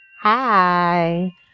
Hi